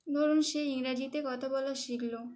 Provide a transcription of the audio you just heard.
ধরুন সে ইংরাজিতে কথা বলা শিখলো